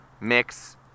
mix